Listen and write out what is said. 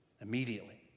immediately